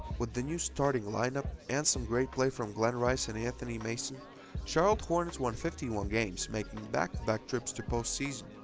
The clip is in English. with the new starting lineup and some great play from glen rice and anthony mason charlotte hornets won fifty one games making back to back trips to post-season.